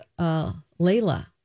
Layla